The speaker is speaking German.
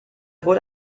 wurde